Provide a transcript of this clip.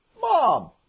Mom